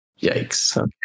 Yikes